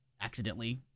accidentally